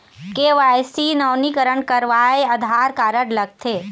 KYC नवीनीकरण करवाये Aadhaar card लगथे?